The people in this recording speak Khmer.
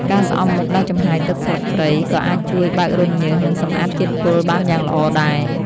ការស្អំមុខដោយចំហាយទឹកស្លឹកគ្រៃក៏អាចជួយបើករន្ធញើស និងសម្អាតជាតិពុលបានយ៉ាងល្អដែរ។